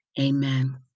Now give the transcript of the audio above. amen